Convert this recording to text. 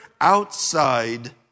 Outside